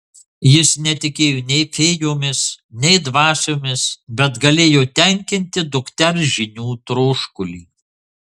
jis netikėjo nei fėjomis nei dvasiomis bet galėjo tenkinti dukters žinių troškulį